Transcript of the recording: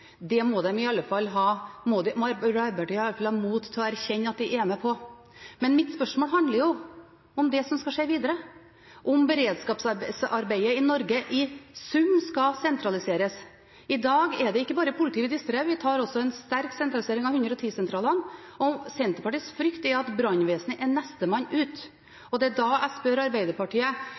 Det må Arbeiderpartiet i hvert fall ha mot til å erkjenne at de er med på. Men mitt spørsmål handler om det som skal skje videre, om beredskapsarbeidet i Norge i sum skal sentraliseres. I dag er det ikke bare politiet vi diskuterer, vi foretar også en sterk sentralisering av 110-sentralene, og Senterpartiets frykt er at brannvesenet er nestemann ut. Og det er da jeg spør Arbeiderpartiet